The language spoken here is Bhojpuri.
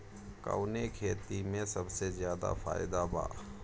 कवने खेती में सबसे ज्यादा फायदा बा?